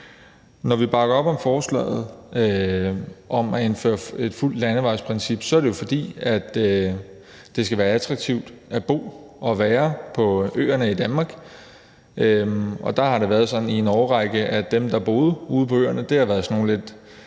Når vi bakker op om at indføre et fuldt landevejsprincip, er det jo, fordi det skal være attraktivt at bo og være på øerne i Danmark. Der har det været sådan i en årrække, at dem, der boede ude på øerne, har været sådan nogle, der